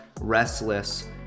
restless